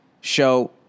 show